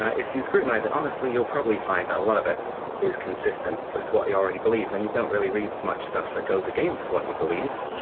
ah if you scrutinise it honestly you'll probably find that a lot of it is consistent with what you already believe and you don't really read much stuff that goes against what you believe.